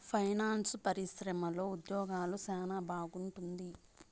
finance పరిశ్రమలో ఉద్యోగాలు సెనా బాగుంటుంది